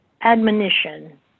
admonition